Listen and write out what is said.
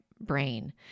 brain